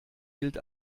gilt